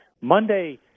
Monday